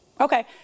Okay